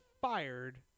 fired